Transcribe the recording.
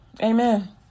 Amen